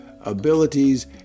abilities